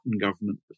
government